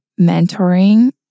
mentoring